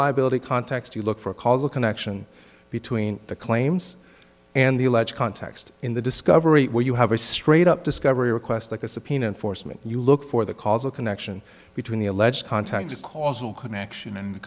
liability context you look for a causal connection between the claims and the alleged context in the discovery where you have a straight up discovery request like a subpoena and force make you look for the causal connection between the alleged contacts causal connection and the